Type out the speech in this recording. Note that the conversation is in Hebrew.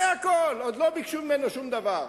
זה הכול, עוד לא ביקשו ממנו שום דבר,